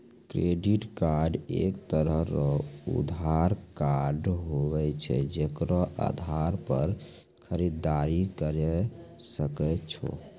credit card एक तरह रो उधार कार्ड हुवै छै जेकरो आधार पर खरीददारी करि सकै छो